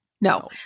No